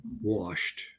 washed